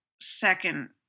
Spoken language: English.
second